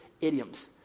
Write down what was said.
idioms